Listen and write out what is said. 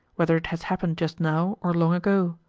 whether it has happened just now or long ago.